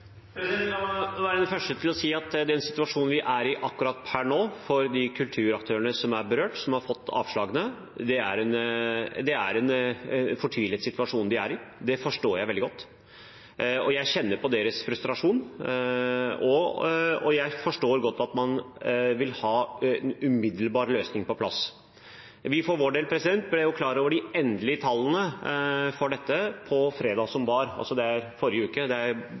være den første til å si at den situasjonen vi er i akkurat nå, er en fortvilet situasjon for de kulturaktørene som er berørt, som har fått avslag. Det forstår jeg veldig godt. Jeg kjenner på deres frustrasjon, og jeg forstår godt at man vil ha en løsning på plass umiddelbart. Vi ble for vår del klar over de endelige tallene for dette på fredag som var, altså i forrige uke, for noen dager siden. Jeg har allerede sagt, på mandag, at vi jobber intenst med å forsøke å finne en løsning på dette. Det